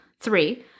three